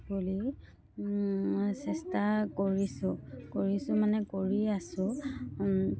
বুলি চেষ্টা কৰিছোঁ কৰিছোঁ মানে কৰি আছোঁ